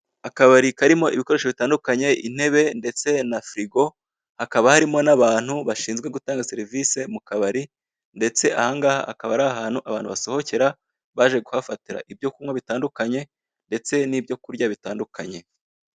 Akabari karimo ibikoresho bitandukanye intebe, ndetse na firigo, hakaba harimo n'abantu bashinzw gutanga serivise mu kabari, ndetse ahana ngaha akaba ari ahantu abantu basohokera baje ibyo kunywa bitandukanye ndetse n'ibyo kurya bitandukanye.